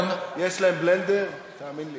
יש להם בלנדר, תאמין לי.